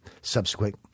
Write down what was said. Subsequent